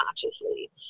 consciously